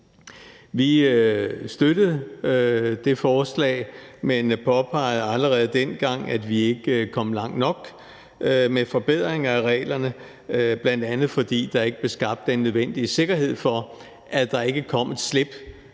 Vi støttede det forslag, men påpegede allerede dengang, at vi ikke kom langt nok med forbedringer af reglerne, bl.a. fordi der ikke blev skabt den nødvendige sikkerhed for, at der ikke kom et slip,